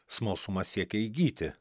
smalsumas siekia įgyti